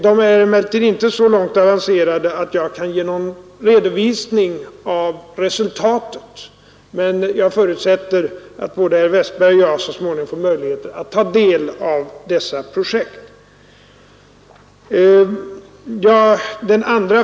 De är emellertid inte så långt avancerade att jag kan ge någon redovisning av resultaten, men jag förutsätter att både herr Westberg och jag så småningom får möjlighet att ta del av dessa projekt.